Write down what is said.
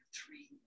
three